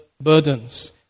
burdens